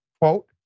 Quote